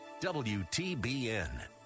wtbn